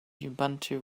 ubuntu